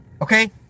Okay